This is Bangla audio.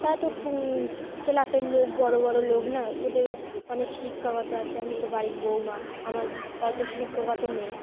তারা তো ক্লাবের লোক বড়ো বড়ো লোক না ওদেরও অনেক শিক্ষা আছে আমি তো বাড়ির বউমা আমার অত শিক্ষা নেই